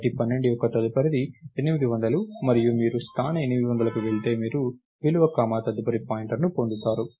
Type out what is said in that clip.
కాబట్టి 12 యొక్క తదుపరిది 800 మరియు మీరు స్థాన 800కి వెళితే మీరు విలువ కామా తదుపరి పాయింటర్ను పొందుతారు